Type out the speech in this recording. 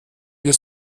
wir